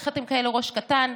איך אתם כאלה ראש קטן?